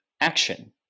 action